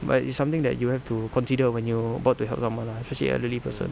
but it's something that you have to consider when you're about to help someone lah especially elderly person